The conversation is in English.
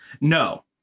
No